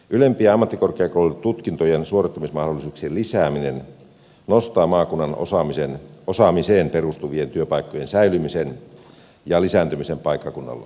ylempien ammattikorkeakoulututkintojen suorittamismahdollisuuksien lisääminen nostaa maakunnan osaamiseen perustuvien työpaikkojen säilymisen ja lisääntymisen paikkakunnalla